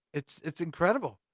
it's it's incredible.